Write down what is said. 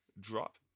drop